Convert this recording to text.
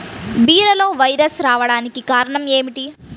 బీరలో వైరస్ రావడానికి కారణం ఏమిటి?